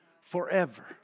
Forever